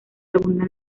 abundan